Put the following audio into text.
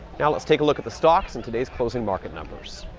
now let's take a look at the stocks in today's closing market numbers.